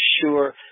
sure